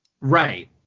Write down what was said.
Right